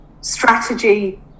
strategy